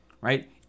right